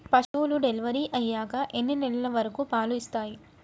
పశువులు డెలివరీ అయ్యాక ఎన్ని నెలల వరకు పాలు ఇస్తాయి?